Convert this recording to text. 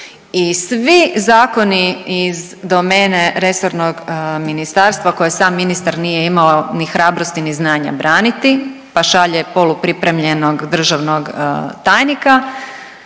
svi zakoni iz domene resornog ministarstva koje sam ministar nije imao ni hrabrosti, ni znanja braniti, pa šalje polu pripremljenog državnog tajnika,